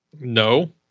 no